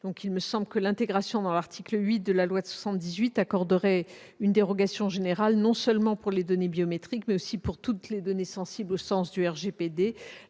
d'une telle mesure dans l'article 8 de la loi de 1978 accorderait une dérogation générale, non seulement pour les données biométriques, mais aussi pour toutes les données sensibles au sens du RGPD.